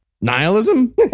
Nihilism